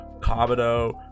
Kabuto